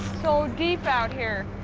so deep out here.